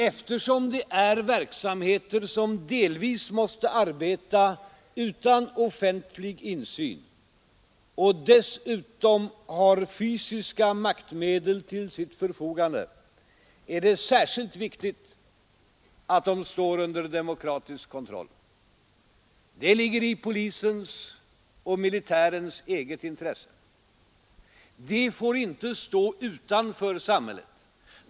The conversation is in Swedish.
Eftersom det är verksamheter som delvis måste arbeta utan offentlig insyn och dessutom har fysiska maktmedel till sitt förfogande, är det särskilt viktigt att de står under demokratisk kontroll. Det ligger i polisens och militärens eget intresse. De får inte stå utanför samhället.